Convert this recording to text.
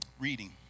reading